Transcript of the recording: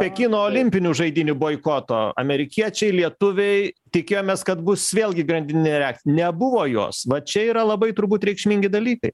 pekino olimpinių žaidynių boikoto amerikiečiai lietuviai tikėjomės kad bus vėlgi grandininė reakcija nebuvo jos va čia yra labai turbūt reikšmingi dalykai